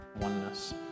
oneness